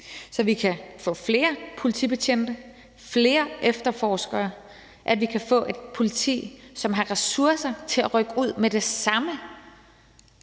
så vi kan få flere politibetjente, flere efterforskere, og så vi kan få et politi, som har ressourcer til at rykke ud med det samme,